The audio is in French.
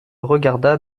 regarda